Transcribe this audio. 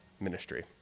ministry